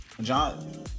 John